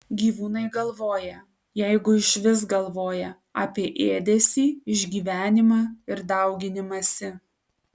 gyvūnai galvoja jeigu išvis galvoja apie ėdesį išgyvenimą ir dauginimąsi